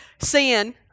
sin